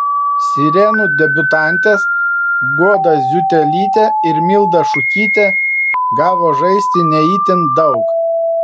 sirenų debiutantės goda ziutelytė ir milda šukytė gavo žaisti ne itin daug